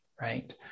right